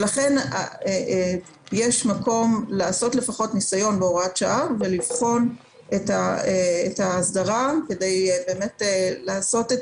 לכן יש מקום לעשות ניסיון בהוראת שעה ולבחון את ההסדרה כדי לעשות את